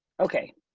okay.